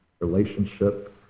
relationship